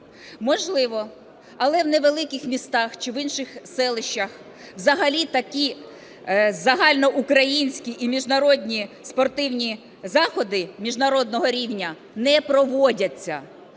Можливо. Але в невеликих містах чи в інших селищах взагалі такі загальноукраїнські і міжнародні спортивні заходи міжнародного рівня не проводяться.